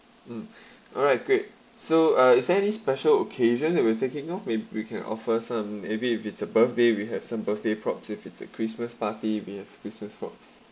mm alright great so uh is there any special occasions that you are taking off may be we can offer some maybe if it's a birthday we have birthday props if it's a christmas party we have christmas props